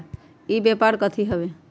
ई व्यापार कथी हव?